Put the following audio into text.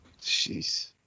Jeez